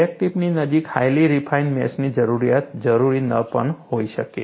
crack ટિપની નજીક highly refined મેશની જરૂરિયાત જરૂરી ન પણ હોઈ શકે